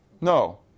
No